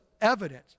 evidence